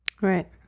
Right